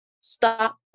Stop